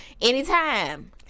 anytime